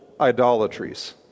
idolatries